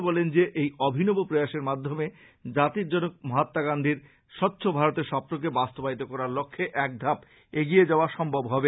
তিনি বলেন যে এই অভিনব প্রয়াসের মাধ্যমে জাতির জনক মহাত্মা গান্ধীর স্বচ্ছ ভারতের স্বপ্নকে বাস্তবায়িত করার লক্ষ্যে এক ধাপ এগিয়ে যাওয়া সম্ভব হবে